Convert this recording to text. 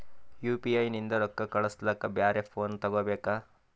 UPI ನಿಂದ ರೊಕ್ಕ ಕಳಸ್ಲಕ ಬ್ಯಾರೆ ಫೋನ ತೋಗೊಬೇಕ?